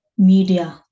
media